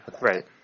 right